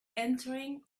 entering